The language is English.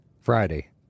Friday